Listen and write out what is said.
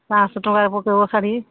ପାଞ୍ଚ ଶହ ଟଙ୍କାରେ ପକେଇବ ଶାଢ଼ି